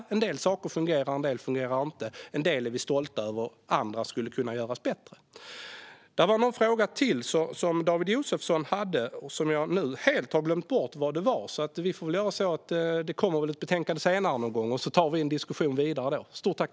En del saker fungerar och andra inte, en del är vi stolta över och annat skulle kunna göras bättre. David Josefsson hade en fråga till men som jag nu helt har glömt bort. Men det kommer väl ett betänkande senare någon gång, så vi får diskutera vidare då. Stort tack!